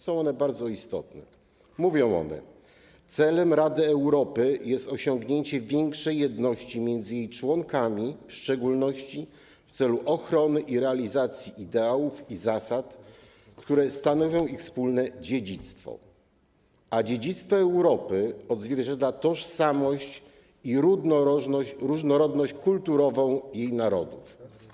Są one bardzo istotne, mówią one: Celem Rady Europy jest osiągnięcie większej jedności między jej członkami, w szczególności w celu ochrony i realizacji ideałów i zasad, które stanowią ich wspólne dziedzictwo, a dziedzictwo Europy odzwierciedla tożsamość i różnorodność kulturową jej narodów.